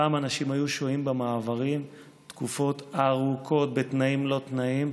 פעם אנשים היו שוהים במעברים תקופות ארוכות בתנאים לא תנאים.